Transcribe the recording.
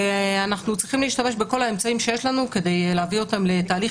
ואנחנו צריכים להשתמש בכל האמצעים שיש לנו כדי להביא אותם לתהליך